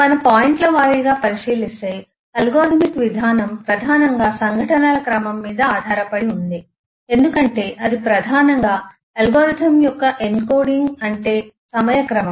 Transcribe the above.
మనం పాయింట్ల వారీగా పరిశీలిస్తే అల్గోరిథమిక్ విధానం ప్రధానంగా సంఘటనల క్రమం మీద ఆధారపడి ఉంటుంది ఎందుకంటే అది ప్రధానంగా అల్గోరిథం యొక్క ఎన్కోడింగ్ అంటే సమయం క్రమం